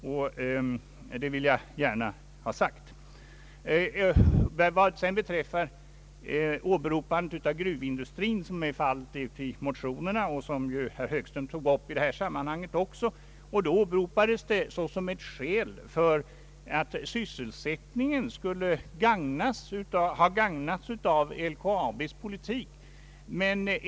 I motionerna åberopar man också gruvindustrin. Herr Högström nämnde också den och menade att sysselsättningen där skulle ha gagnats av LKAB:s politik.